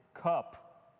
cup